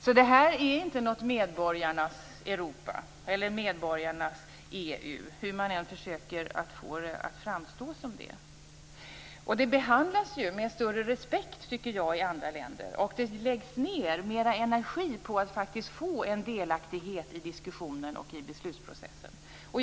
Så detta är inte något medborgarnas Europa eller medborgarnas EU, hur man än försöker få det att framstå som det. Jag tycker att detta behandlas med större respekt i andra länder. Det läggs ned mer energi på att faktiskt få en delaktighet i diskussionen och i beslutsprocessen.